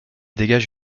dégage